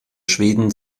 schweden